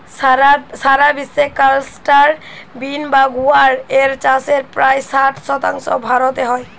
সারা বিশ্বে cluster bean বা গুয়ার এর চাষের প্রায় ষাট শতাংশ ভারতে হয়